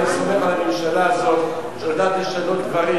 אני סומך על הממשלה הזאת שיודעת לשנות דברים